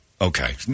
okay